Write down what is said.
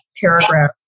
paragraph